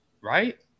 right